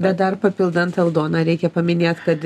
bet dar papildant aldoną reikia paminėt kad